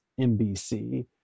NBC